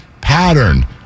pattern